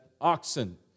oxen